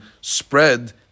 spread